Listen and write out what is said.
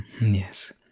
Yes